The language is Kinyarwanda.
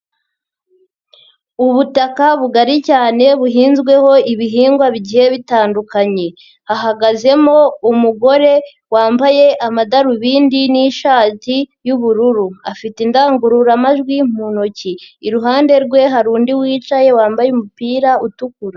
Ubutaka bugari cyane buhinzweho ibihingwa bigiye bitandukanye. Hahagazemo umugore wambaye amadarubindi n'ishati y'ubururu. Afite indangururamajwi mu ntoki. Iruhande rwe hari undi wicaye wambaye umupira utukura.